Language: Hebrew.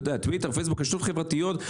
אתה יודע, טוויטר, פייסבוק רשתות חברתיות.